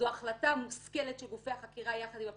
זו החלטה מושכלת של גופי החקירה יחד עם הפרקליטות,